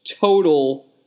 total